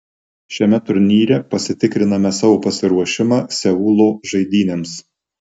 šiame turnyre pasitikriname savo pasiruošimą seulo žaidynėms